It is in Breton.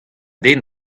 den